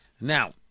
Now